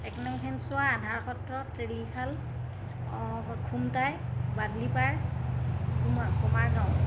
এক নং শেনচোৱা আধাৰ সত্ৰ ট্ৰেলিশাল খুমতাই বাদলিপাৰ কমাৰগাঁও